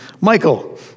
Michael